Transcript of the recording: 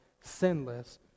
sinless